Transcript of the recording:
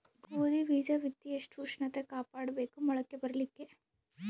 ಗೋಧಿ ಬೀಜ ಬಿತ್ತಿ ಎಷ್ಟ ಉಷ್ಣತ ಕಾಪಾಡ ಬೇಕು ಮೊಲಕಿ ಬರಲಿಕ್ಕೆ?